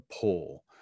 pull